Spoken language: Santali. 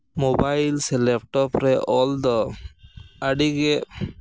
ᱢᱳᱵᱟᱭᱤᱞ ᱥᱮ ᱞᱮᱯᱴᱚᱯ ᱨᱮ ᱚᱞ ᱫᱚ ᱟᱹᱰᱤᱜᱮ